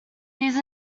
these